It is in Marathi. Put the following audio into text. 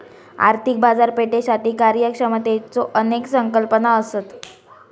आर्थिक बाजारपेठेसाठी कार्यक्षमतेच्यो अनेक संकल्पना असत